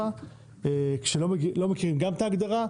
כשלא מכירים גם את ההגדרה,